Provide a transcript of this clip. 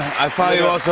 i follow